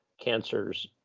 cancers